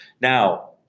Now